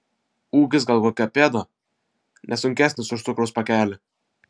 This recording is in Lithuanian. ūgis gal kokia pėda ne sunkesnis už cukraus pakelį